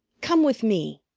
come with me.